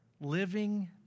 Living